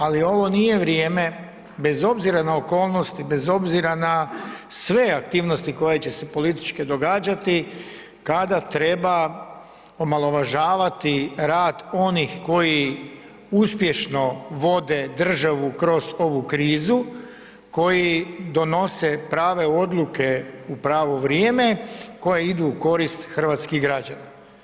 Ali, ovo nije vrijeme, bez obzira na okolnosti, bez obzira na sve aktivnosti koje će se politički događati, kada treba omalovažavati rad onih koji uspješno vode državu kroz ovu krizu, koji donose prave odluke u pravo vrijeme, koje idu u korist hrvatskih građana.